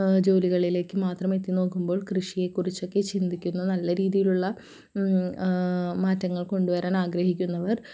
ജോലികളിലേക്ക് മാത്രം എത്തി നോക്കുമ്പോൾ കൃഷിയെക്കുറിച്ചൊക്കെ ചിന്തിക്കുന്നത് നല്ല രീതിയിലുള്ള മാറ്റങ്ങൾ കൊണ്ട് വരാൻ ആഗ്രഹിക്കുന്നവർ